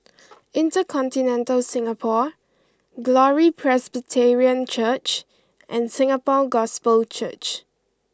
InterContinental Singapore Glory Presbyterian Church and Singapore Gospel Church